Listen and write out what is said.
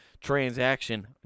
Transaction